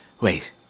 wait